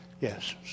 yes